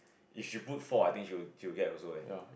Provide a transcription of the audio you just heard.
it should put for I think she would she would get also leh